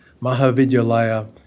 Mahavidyalaya